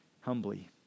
humbly